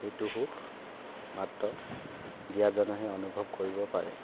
সেইটো সুখ মাত্ৰ দিয়াজনেহে অনুভৱ কৰিব পাৰে